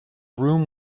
room